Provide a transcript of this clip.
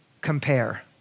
compare